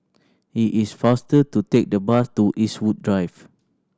it is faster to take the bus to Eastwood Drive